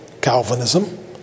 Calvinism